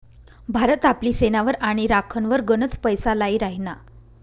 भारत आपली सेनावर आणि राखनवर गनच पैसा लाई राहिना